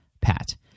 Pat